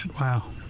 Wow